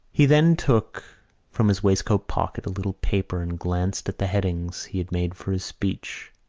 he then took from his waistcoat pocket a little paper and glanced at the headings he had made for his speech.